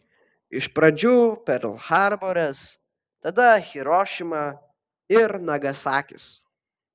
iš pradžių perl harboras tada hirošima ir nagasakis